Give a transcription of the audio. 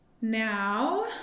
Now